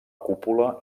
cúpula